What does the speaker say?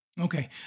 Okay